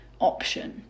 option